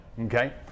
okay